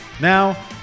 Now